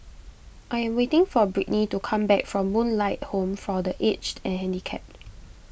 I am waiting for Britni to come back from Moonlight Home for the Aged and Handicapped